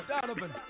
Donovan